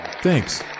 Thanks